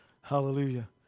hallelujah